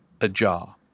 ajar